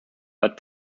but